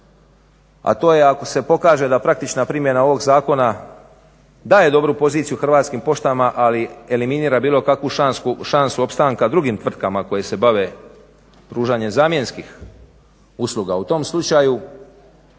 a to je ako se pokaže da praktična primjena ovog zakona daje dobru poziciju Hrvatskim poštama ali eliminira bilo kakvu šansu opstanka drugim tvrtkama koje se bave pružanjem zamjenskih usluga. U tom slučaju